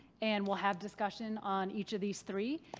and we'll have discussion on each of these three.